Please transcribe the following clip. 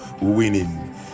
winning